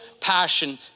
passion